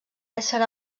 ésser